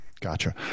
Gotcha